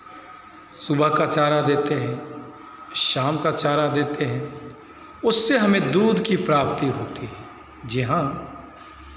सुबह का चारा देते हैं शाम का चारा देते हैं उससे हमें दूध की प्राप्ति होती है जी हाँ